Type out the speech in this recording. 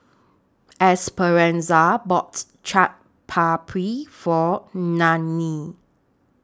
Esperanza boughts Chaat Papri For Nannie